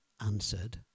answered